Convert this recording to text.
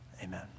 amen